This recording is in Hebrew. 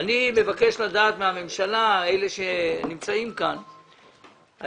אני מבקש לדעת מהממשלה, אלה שנמצאים כאן,